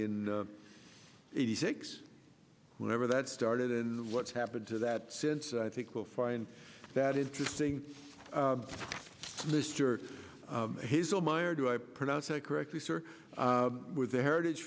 in eighty six whenever that started and what's happened to that since i think we'll find that interesting mr hazel my or do i pronounce it correctly sir with the heritage